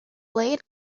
blade